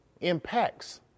impacts